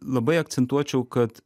labai akcentuočiau kad